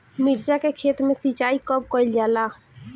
मिर्चा के खेत में सिचाई कब कइल जाला?